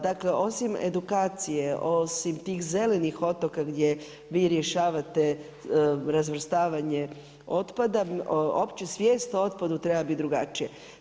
Dakle, osim edukacije, osim tih zelenih otoka gdje vi rješavate razvrstavanje otpada, opća svijest o otpadu treba biti drugačija.